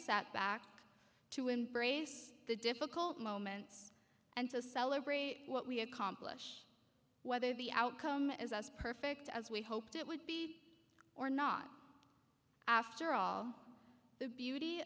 setback to embrace the difficult moments and to celebrate what we accomplish whether the outcome is as perfect as we hoped it would be or not after all the beauty